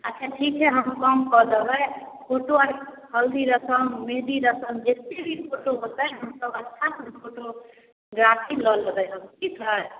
अच्छा ठीक छै हम कम कऽ देबै फोटो हल्दी रसम मेहदी रसम जतेक भी फोटो हेतै हमसब अच्छासँ फोटोग्राफी लऽ लेबै ठीक हइ